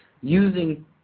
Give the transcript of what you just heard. using